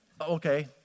Okay